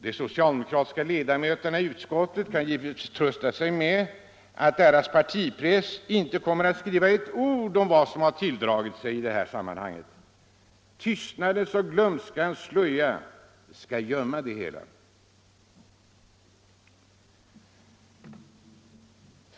De socialdemokratiska utskottsledamöterna kan givetvis trösta sig med att deras partipress inte kommer att skriva ett ord om vad som tilldragit sig i sammanhanget. Tystnadens och glömskans slöja skall gömma det hela.